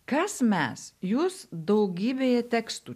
kas mes jūs daugybėje tekstų